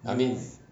I mean